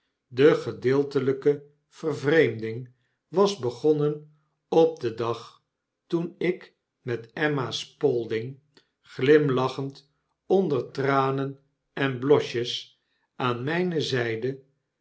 de gedeeltelpe vervreemding was begonnen op den dag toen ik met emma spalding glimlachend onder tranen en blosjes aan mijne zijde